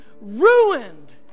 ruined